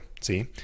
see